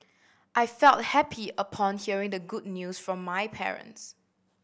I felt happy upon hearing the good news from my parents